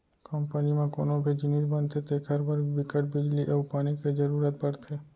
company म कोनो भी जिनिस बनथे तेखर बर बिकट बिजली अउ पानी के जरूरत परथे